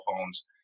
phones